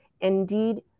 Indeed